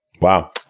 Wow